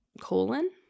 colon